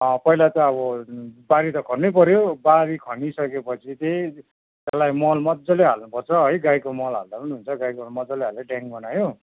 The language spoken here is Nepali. पहिला चाहिँ अब बारी त खन्नै पऱ्यो बारी खनिसक्यो पछि चाहिँ त्यसलाई मल मजाले हाल्नुपर्छ है गाईको मल हाल्दा पनि हुन्छ गोईको मल मजाले हालेर ड्याङ बनायो